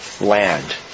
land